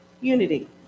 unity